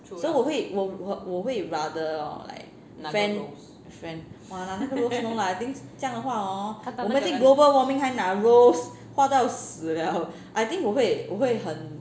so 我会我我会 rather lor like friend's friend !wah! 拿那个 rose no lah I think 这样的话 hor 我们已经 global warming 还拿 rose 花都要死 liao I think 我会我会很